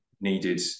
needed